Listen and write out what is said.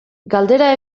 galdera